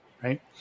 right